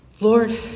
Lord